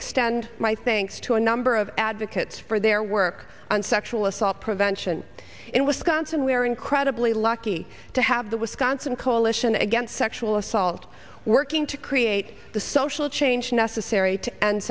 extend my thanks to a number of advocates for their work on sexual assault prevention in wisconsin we are incredibly lucky to have the wisconsin coalition against sexual assault working to create the social change necessary